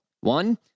One